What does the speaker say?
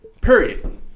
Period